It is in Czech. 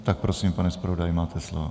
Tak prosím, pane zpravodaji, máte slovo.